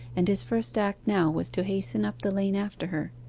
and his first act now was to hasten up the lane after her.